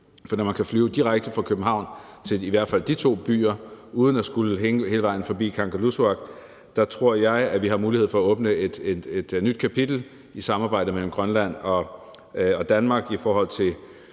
For når man kan flyve direkte fra København til i hvert fald de to byer uden at skulle hele vejen forbi Kangerlussuaq, tror jeg, at vi har mulighed for at åbne et nyt kapitel i samarbejdet mellem Grønland og Danmark i forhold til